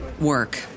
work